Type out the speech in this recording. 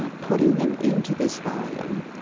ah putting them into this volume,